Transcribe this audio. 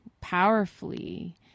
powerfully